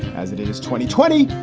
as it it is twenty twenty,